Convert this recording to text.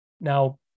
Now